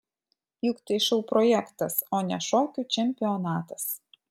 juk tai šou projektas o ne šokių čempionatas